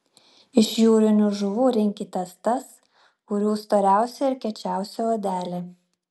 iš jūrinių žuvų rinkitės tas kurių storiausia ir kiečiausia odelė